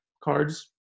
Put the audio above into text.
cards